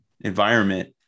environment